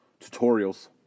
tutorials